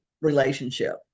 relationship